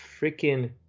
freaking